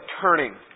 turning